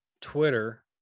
Twitter